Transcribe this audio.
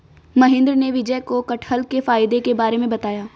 महेंद्र ने विजय को कठहल के फायदे के बारे में बताया